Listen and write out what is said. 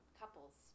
couples